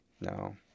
No